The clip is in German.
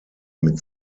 mit